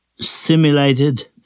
simulated